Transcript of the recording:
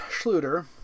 Schluter